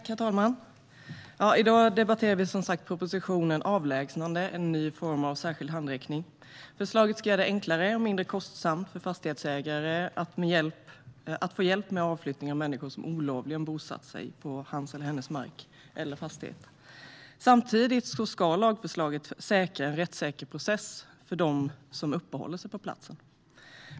Herr talman! I dag debatterar vi, som sagt, propositionen Avlägsnande - en ny form av särskild handräckning . Förslaget ska göra det enklare och mindre kostsamt för fastighetsägare att få hjälp med avflyttning av människor som olovligen bosatt sig på deras mark eller fastighet. Samtidigt ska lagförslaget säkra en rättssäker process för dem som uppehåller sig på platsen.